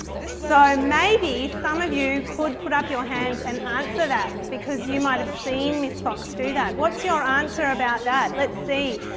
so, maybe some of you could put up your hands and answer that because you might have seen miss fox do that. what's your answer about that? let's see,